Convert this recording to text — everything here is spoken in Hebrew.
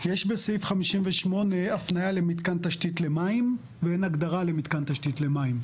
יש בסעיף 58 הפניה למתקן תשתית למים ואין הגדרה למתקן תשתית למים.